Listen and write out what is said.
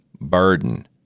burden